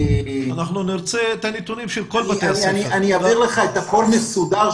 אני אעביר לך את הכול בצורה מסודרת,